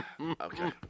Okay